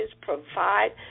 provide